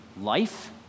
life